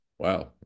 Wow